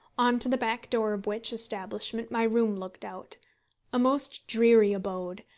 on to the back-door of which establishment my room looked out a most dreary abode,